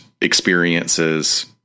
experiences